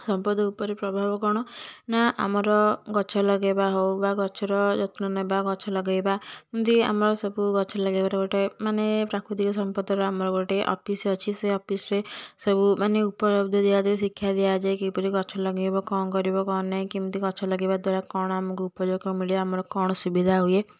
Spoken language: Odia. ସମ୍ପଦ ଉପରେ ପ୍ରଭାବ କ'ଣ ନା ଆମର ଗଛ ଲଗେଇବା ହେଉ ବା ଗଛର ଯତ୍ନ ନେବା ଗଛ ଲଗେଇବା ଯେମିତି ଆମର ସବୁ ଗଛ ଲଗେଇବାର ଗୋଟେ ମାନେ ପ୍ରାକୃତିକ ସମ୍ପଦର ଆମର ଗୋଟେ ଅଫିସ ଅଛି ସେ ଅଫିସରେ ସବୁ ମାନେ ଉପଲବ୍ଧି ଦିଆଯାଏ ଶିକ୍ଷା ଦିଆଯାଏ କିପରି ଗଛ ଲଗେଇବ କ ଣ କରିବ କ'ଣ ନାହିଁ କେମିତି ଗଛ ଲଗେଇବା ଦ୍ଵାରା କ'ଣ ଆମକୁ ଉପଯୋଗ ମିଳେ ଆମର କ'ଣ ସୁବିଧା ହୁଏ